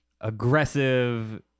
aggressive